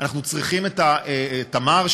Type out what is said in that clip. תמר,